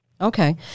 Okay